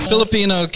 Filipino